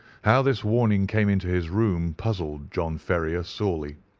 how this warning came into his room puzzled john ferrier sorely,